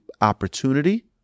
opportunity